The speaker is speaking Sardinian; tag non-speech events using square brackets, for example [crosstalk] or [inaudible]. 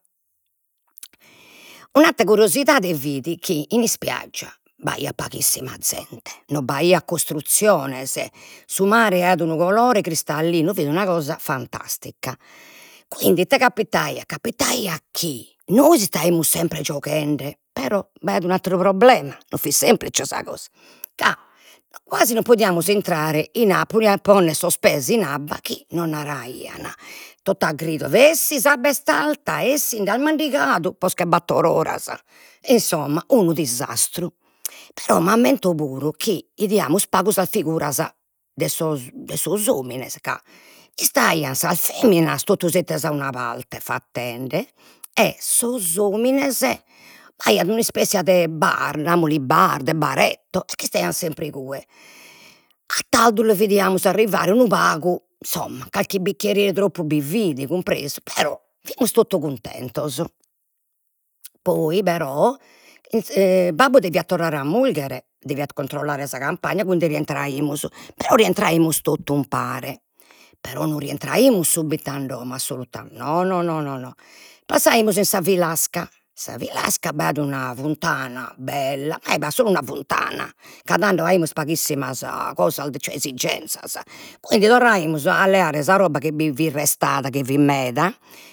Un'attera curiosidade fit chi in ispiaggia b'aiat paghissima zente, non b'aiat costruziones, su mare aiat unu colore cristallinu, fit una cosa fantastica, quindi ite capitaiat, capitaiat chi nois istaimus sempre gioghende, però b'aiat un atteru problema, non fit semplice sa cosa, ca quasi non podiamus intrare in [hesitation] puru a ponnes sos pes in abba chi nos naraian, totu a gridos, bessi s'abba est alta, 'essinde, as mandigadu, posca 'e battor oras, e insomma, unu disastru, [noise] però m'ammento puru chi 'idiamus pagu sas figuras de [hesitation] de sos omines ca, istaian sas feminas totu settidas a una parte fattende, e sos omines b'aiat un'ispessia de bar, namuli bar, de baretto, e ch'istaian sempre igue. A tardu los bidiamus arrivare unu pagu, insomma, calchi bicchierinu 'e troppu bi fit, cumpresu, però fimus troppu cuntentos. Poi però [hesitation] babbu deviat torrare a murghere, deviat controllare sa campagna, quindi rientraimus, però rientraimus totu umpare, però non rientraimus subitu a domo, assolutamente, no no no no, passaimus in sa Filasca, sa Filasca b'aiat una funtana bella, e b'aiat solu una funtana, ca tando aimus paghissimas cosas, [unintelligible] esigenzias, quindi torraimus a leare sa roba chi bi fit restada, chi fit meda